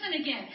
again